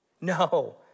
no